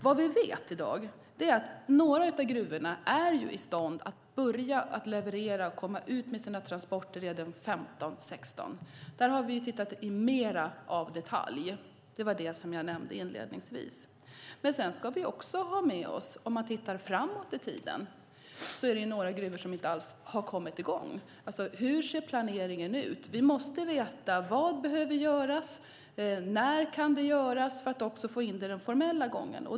Vad vi i dag vet är att några av gruvorna är i stånd att börja leverera och att komma ut med sina transporter 2015-2016. På det har vi tittat mer i detalj - som jag inledningsvis nämnt. Sett framåt i tiden ska vi också ha med oss att några gruvor inte alls har kommit i gång. Hur ser planeringen ut? Vi måste veta vad som behöver göras och när det kan göras för att även få in det i den formella gången.